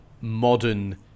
modern